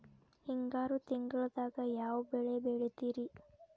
ಹಿಂಗಾರು ತಿಂಗಳದಾಗ ಯಾವ ಬೆಳೆ ಬೆಳಿತಿರಿ?